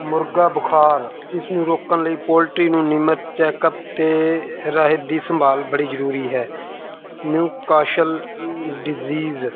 ਮੁਰਗਾ ਬੁਖਾਰ ਇਸ ਨੂੰ ਰੋਕਣ ਲਈ ਪੋਲਟਰੀ ਨੂੰ ਨਿਯਮਤ ਚੈੱਕ ਅੱਪ ਅਤੇ ਰਾਹਤ ਦੀ ਸੰਭਾਲ ਬੜੀ ਜ਼ਰੂਰੀ ਹੈ ਨਿਊ ਕਾਸ਼ਲ ਡਿਜੀਜ਼